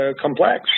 complex